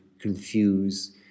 confuse